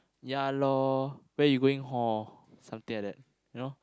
ya lor where you going hor something like that you know